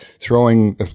throwing